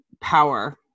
power